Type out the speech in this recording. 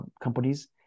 companies